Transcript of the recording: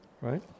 Right